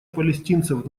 палестинцев